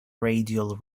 radial